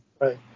right